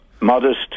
modest